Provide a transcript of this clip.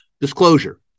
Disclosure